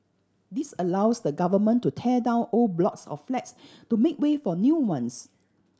this allows the Government to tear down old blocks of flats to make way for new ones